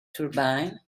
turbine